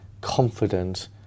confident